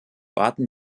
warten